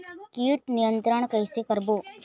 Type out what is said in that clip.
कीट नियंत्रण कइसे करबो?